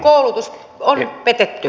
koulutus on petetty